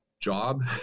job